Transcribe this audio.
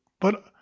But—